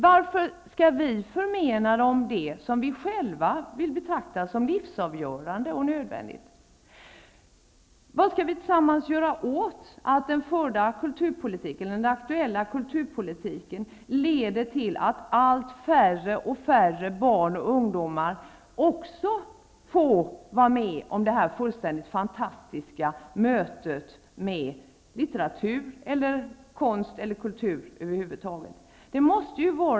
Varför skall vi förmena dem det som vi själva betraktar som livsavgörande och nödvändigt? Hur kan vi tillsammans förhindra att den kulturpolitik som nu förs leder till att allt färre barn och ungdomar också får vara med om det fantastiska mötet med litteratur, konst och kultur över huvud taget?